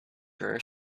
rare